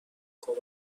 کمک